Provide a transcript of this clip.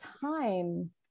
time